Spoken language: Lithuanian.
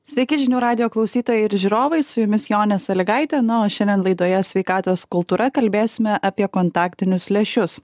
sveiki žinių radijo klausytojai ir žiūrovai su jumis jonė salygaitė na šiandien laidoje sveikatos kultūra kalbėsime apie kontaktinius lęšius